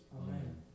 Amen